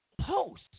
post